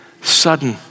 sudden